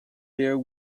there